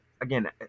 again